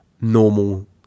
normal